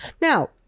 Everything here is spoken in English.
Now